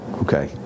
okay